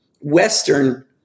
Western